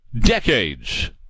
Decades